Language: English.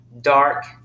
dark